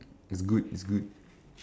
it's good it's good